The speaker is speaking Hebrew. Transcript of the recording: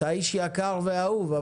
אתה איש יקר ואהוב,